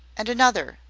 and another.